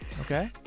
Okay